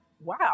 Wow